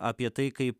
apie tai kaip